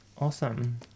Awesome